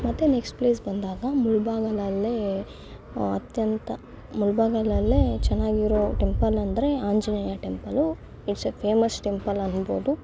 ಮತ್ತೆ next place ಬಂದಾಗ ಮುಳಬಾಗಿಲಲ್ಲೇ ಅತ್ಯಂತ ಮುಳಬಾಗಿಲಲ್ಲೇ ಚೆನ್ನಾಗಿರೋ ಟೆಂಪಲ್ಲಂದರೆ Anjaneya temple it's a famous temple ಅನ್ಬೋದು